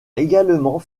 également